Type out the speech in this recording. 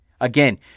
Again